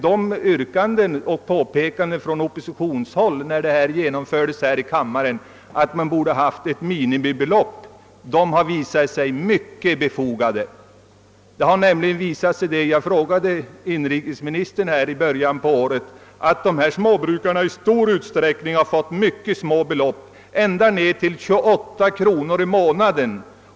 De yrkanden som gjordes från oppositionshåll när äldrestödet beslutades och som gällde önskvärdheten av att fastställa ett minimibelopp har visat sig synnerligen befogade. När jag frågade inrikesministern i början på året fick jag beskedet att de här småbrukarna i stor utsträckning har tilldelats mycket små belopp, ända ned till 28 kronor i månaden.